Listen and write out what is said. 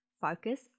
Focus